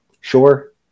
sure